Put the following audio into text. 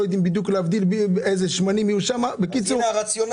יודעים להבדיל אילו שמנים יהיו שם אז כפי שאמרנו,